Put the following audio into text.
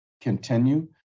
continue